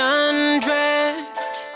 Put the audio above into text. undressed